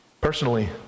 Personally